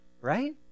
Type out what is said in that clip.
right